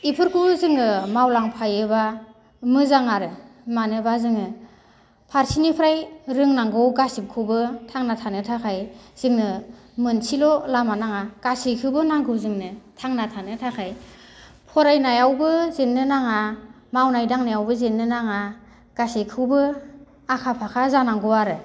एफोरखौबो जोङो मावलांफायोब्ला मोजां आरो मानोबा जोङो फारसेनिफ्राय रोंनांगौ गासिबखौबो थांना थानो थाखाय जोंनो मोनसेल' लामा नाङा गासैखौबो नांगौ जोंनो थांना थानो थाखाय फरायनायावबो जेननो नाङा मावनाय दांनायावबो जेननो नाङा गासैखौबो आखा फाखा जानांगौ आरो